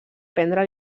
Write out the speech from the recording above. prendre